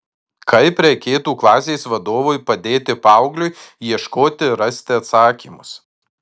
kaip reikėtų klasės vadovui padėti paaugliui ieškoti ir rasti atsakymus